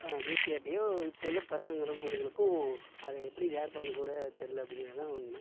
வேஷ்டி சட்டையோ இப்போது உள்ள பசங்களும் பொண்ணுங்களுக்கும் அதை எப்படி வியர் பண்ணனும் கூட தெரில அப்படிங்கிறது தான் உண்மை